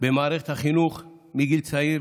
במערכת החינוך מגיל צעיר,